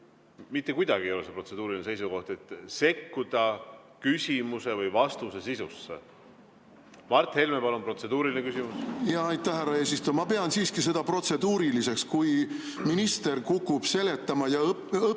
Mitte kuidagi ei ole see protseduuriline seisukoht, kui sekkuda küsimuse või vastuse sisusse. Mart Helme, palun, protseduuriline küsimus! Aitäh, härra eesistuja! Ma pean siiski seda protseduuriliseks, kui minister kukub seletama ja õpetama